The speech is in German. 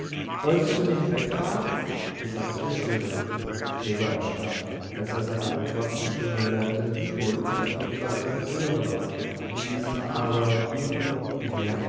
wolltest du nicht wegfahren die sanfte stimme gregor erschrak als er seine antwortende stimme hörte die wohl unverkennbar seine frühere war in die sich aber wie von unten her